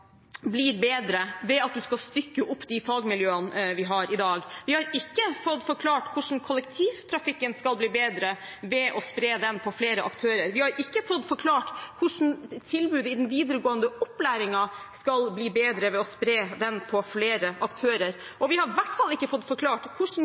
blir bedre ved at en skal stykke opp de fagmiljøene vi har i dag. Vi har ikke fått forklart hvordan kollektivtrafikken skal bli bedre ved å spre den på flere aktører. Vi har ikke fått forklart hvordan tilbudet i den videregående opplæringen skal bli bedre ved å spre den på flere aktører. Og vi har i hvert fall ikke fått forklart hvordan